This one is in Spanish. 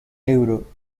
euro